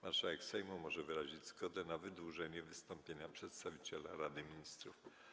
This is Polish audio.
Marszałek Sejmu może wyrazić zgodę na wydłużenie wystąpienia przedstawiciela Rady Ministrów.